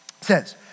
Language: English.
says